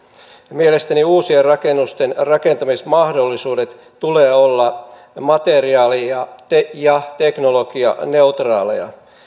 mielestäni uusien rakennusten rakentamismahdollisuuksien tulee olla materiaali ja teknologianeutraaleja